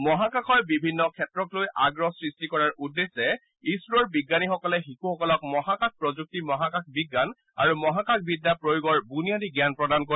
মহাকাশৰ বিভিন্ন ক্ষেত্ৰকলৈ আগ্ৰহ সৃষ্টি কৰাৰ উদ্দেশ্যে ইছৰৰ বিজ্ঞানীসকলে শিশুসকলক মহাকাশ প্ৰযুক্তি মহাকাশ বিজ্ঞান আৰু মহাকাশবিদ্যা প্ৰয়োগৰ বুনিয়াদী জ্ঞান প্ৰদান কৰিব